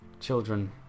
Children